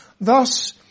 Thus